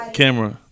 camera